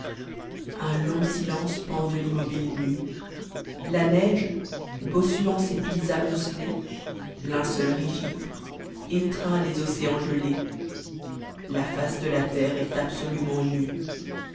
un long silence pend de l'immobile nue la neige bossuant ses plis amoncelés linceul rigide étreht tes océans geiés la face de la terre est absolument nue